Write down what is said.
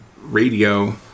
radio